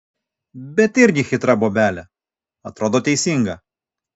bet irgi chitra bobelė atrodo teisinga